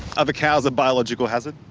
ah the cows a biological hazard?